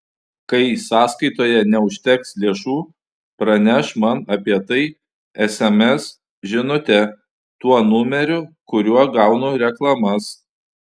kai sąskaitoje neužteks lėšų praneš man apie tai sms žinute tuo numeriu kuriuo gaunu reklamas